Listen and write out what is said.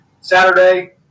Saturday